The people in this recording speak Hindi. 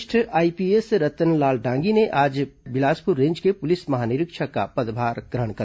वरिष्ठ आईपीएस अधिकारी रतनलाल डांगी ने आज बिलासपुर रेंज के पुलिस महानिरीक्षक का पदभार ग्रहण किया